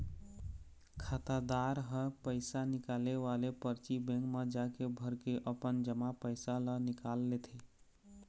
खातादार ह पइसा निकाले वाले परची बेंक म जाके भरके अपन जमा पइसा ल निकाल लेथे